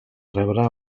rebre